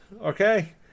Okay